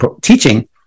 teaching